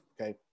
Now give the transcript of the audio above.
okay